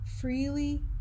freely